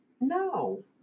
No